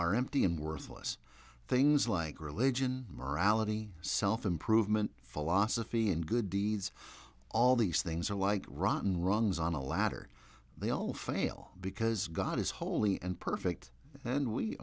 are empty and worthless things like religion morality self improvement philosophy and good deeds all these things are like rotten rungs on a ladder they all fail because god is holy and perfect and we